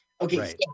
Okay